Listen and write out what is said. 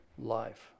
life